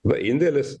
va indėlis